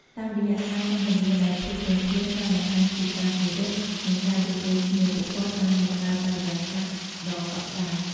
តាមរយៈការសន្ទនាដោយភាពទន់ភ្លន់ ការបង្ហាញពីការគោរព និងការយោគយល់គ្នា ពួកគាត់បានបង្កើតបរិយាកាសដ៏កក់ក្ដៅ។